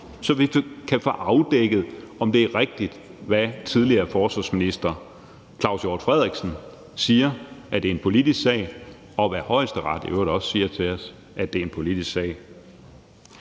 så vi kan få afdækket, om det er rigtigt, hvad tidligere forsvarsminister Claus Hjort Frederiksen siger, nemlig at det er en politisk sag, og hvad Højesteret i øvrigt også siger til os, altså at det er en politisk sag.